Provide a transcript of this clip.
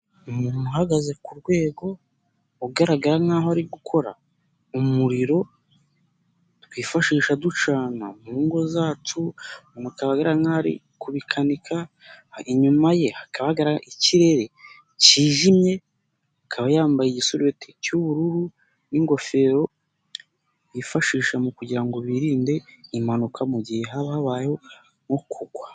Umuntu uhagaze ku rwego, ugaragara nkaho ari gukora umuriro. Twifashisha ducana mu ngo zacu mutabaranari kubikanika. inyuma ye hakaba hagaragara ikirere kijimye. Akaba yambaye igisureti cy'ubururu n'ingofero yifashisha kugira ngo birinde impanuka mu gihe haba habayeho nko kugwa.